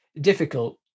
difficult